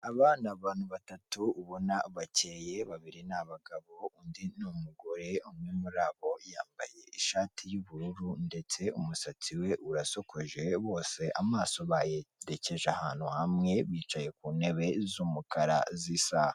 Aba ni abantu batatu ubona bakeye babiri ni abagabo, undi ni umugore, umwe muri abo yambaye ishati y'ubururu ndetse umusatsi we urasokoje bose amaso bayerekeje ahantu hamwe bicaye ku ntebe z'umukara zisa.